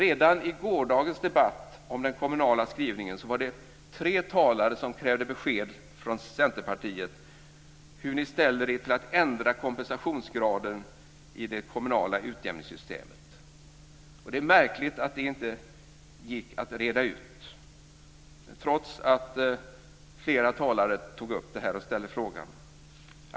Redan i gårdagens debatt om den kommunala skrivelsen var det tre talare som krävde besked om hur Centerpartiet ställer sig till att ändra kompensationsgraden i det kommunala utjämningssystemet. Det är märkligt att detta inte gick att reda ut, trots att flera talare tog upp och ställde frågan.